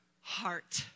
heart